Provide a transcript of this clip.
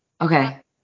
Okay